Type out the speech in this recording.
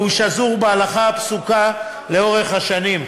והוא שזור בהלכה הפסוקה לאורך השנים.